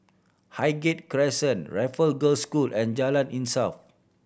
Hqighgate Crescent Raffle Girls' School and Jalan Insaf